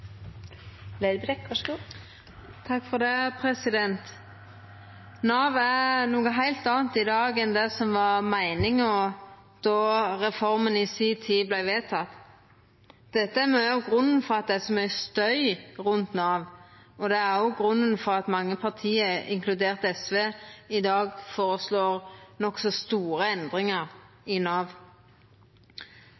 Nav er noko heilt anna i dag enn det som var meininga då reforma i si tid vart vedteken. Dette er mykje av grunnen til at det er så mykje støy rundt Nav, og det er òg grunnen til at mange parti, inkludert SV, i dag føreslår nokså store endringar